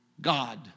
God